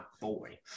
boy